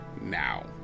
now